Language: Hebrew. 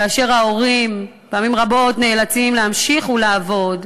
כאשר ההורים פעמים רבות נאלצים להמשיך ולעבוד,